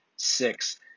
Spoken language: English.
six